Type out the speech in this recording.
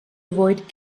avoid